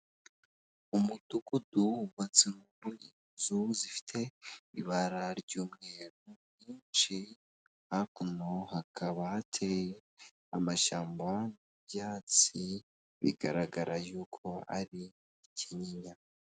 Umugabo munini wifotoje atishimye cyane yambaye ishati ijya gusa umweru yambaye na karuvati irimo utudomo tw'umutuku, uyu mugabo yambaye umwambaro w'akazi uko bigaragara ni umwavoka cyangwa se akaba ari umucamanza.